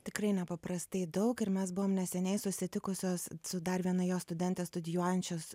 tikrai nepaprastai daug ir mes buvom neseniai susitikusios su dar viena jos studentės studijuojančios